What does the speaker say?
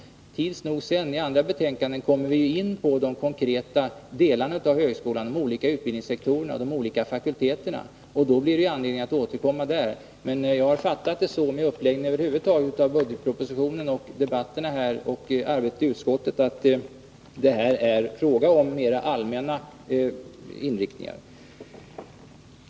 Tids nog kommer vi senare i andra betänkanden in på de konkreta delarna av högskolan, de olika utbildningssektorerna och de olika fakulteterna. Då blir det anledning att återkomma. Jag har uppfattat uppläggningen av budgetpropositionen, arbetet i utskottet och debatterna här så att det nu är fråga om den allmänna inriktningen.